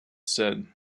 said